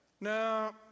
no